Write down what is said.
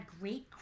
great